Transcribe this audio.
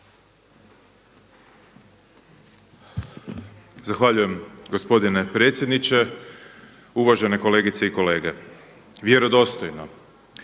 Poštovani gospodine predsjedniče, uvažene kolegice i kolege. Evo pitao